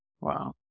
Wow